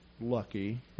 lucky